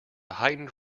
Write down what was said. heightened